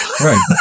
Right